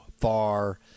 far